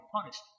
punished